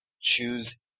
Choose